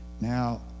Now